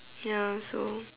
ya so